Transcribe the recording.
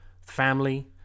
family